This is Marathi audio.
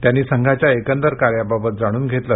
त्यांनी संघाच्या एकूण कार्याबाबत जाणून घेतलं